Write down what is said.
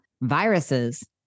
viruses